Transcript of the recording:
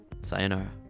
sayonara